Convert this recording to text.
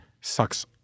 sucks